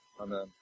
amen